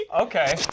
Okay